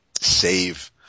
save